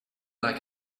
like